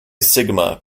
sigma